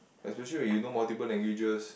especially when you know multiple languages